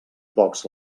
pocs